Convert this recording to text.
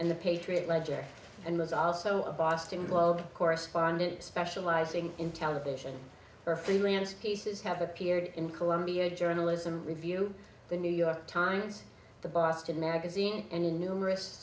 and the patriot ledger and was also a boston globe correspondent specializing in television or finance cases have appeared in columbia journalism review the new york times the boston magazine and in numerous